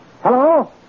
Hello